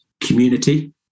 community